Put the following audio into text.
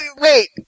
wait